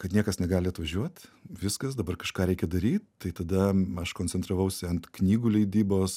kad niekas negali atvažiuot viskas dabar kažką reikia daryt tai tada aš koncentravausi ant knygų leidybos